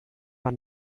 war